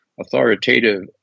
authoritative